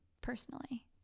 personally